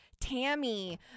Tammy